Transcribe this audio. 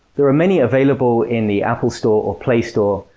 there are many available in the apple store or play store,